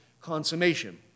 consummation